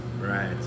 right